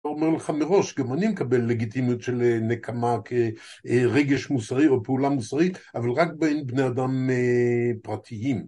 אני לא אומר לך מראש, גם אני מקבל לגיטימיות של נקמה כרגש מוסרי או פעולה מוסרית, אבל רק בין בני אדם פרטיים.